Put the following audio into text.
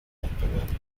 wettbewerb